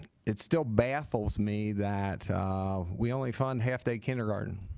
it still baffles me that we only fund half-day kindergarten